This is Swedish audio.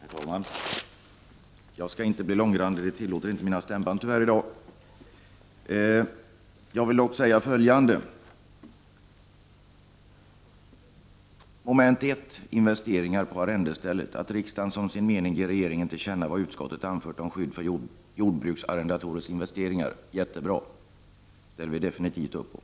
Herr talman! Jag skall inte bli långrandig, det tillåter tyvärr inte mina stämband i dag. Jag vill dock säga följande om utskottets hemställan. Det sägs i mom. 1 beträffande investeringar på arrendestället att utskottet hemställer ”att riksdagen som sin mening ger regeringen till känna vad utskottet anfört om skydd för jordbruksarrendators investeringar”. Det är mycket bra, det ställer vi definitivt upp bakom.